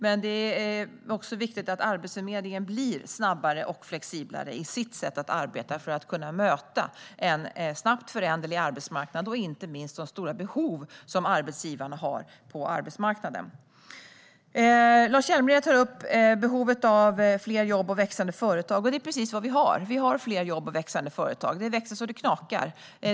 Men det är också viktigt att Arbetsförmedlingen blir snabbare och flexiblare i sitt sätt att arbeta för att kunna möta en snabbt föränderlig arbetsmarknad och, inte minst, de stora behov som arbetsgivarna har på arbetsmarknaden. Lars Hjälmered tar upp behovet av fler jobb och växande företag. Det är precis vad vi har; vi har fler jobb och växande företag. Det växer så att det knakar.